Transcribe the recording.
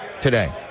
today